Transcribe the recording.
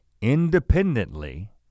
independently